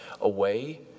away